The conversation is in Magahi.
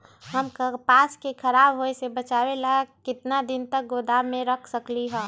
हम कपास के खराब होए से बचाबे ला कितना दिन तक गोदाम में रख सकली ह?